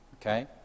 Okay